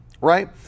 right